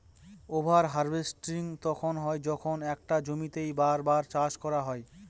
over harvesting তখন হয় যখন একটা জমিতেই বার বার চাষ করা হয়